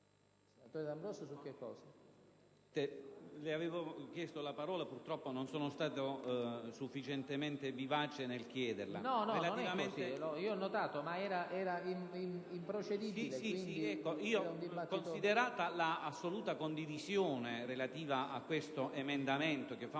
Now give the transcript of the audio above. considerata l'assoluta condivisione relativa a questo emendamento, che fa